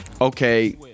Okay